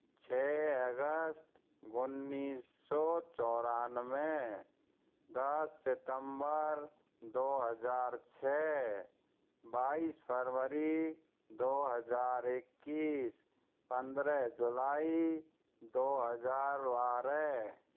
छः अगस्त गुन्नीस सौ चौरानवे दस सितंबर दो हजार छः बाईस फरवरी दो हजार इक्कीस पंद्रह जोलाई दो हजार बारह